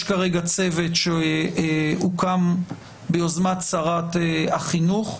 יש כרגע צוות שהוקם ביוזמת שרת החינוך,